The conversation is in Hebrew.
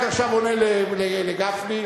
אני עכשיו רק עונה לגפני.